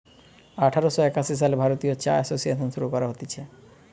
আঠার শ একাশি সালে ভারতীয় চা এসোসিয়েসন শুরু করা হতিছে